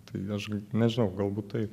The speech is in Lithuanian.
tai aš nežinau galbūt taip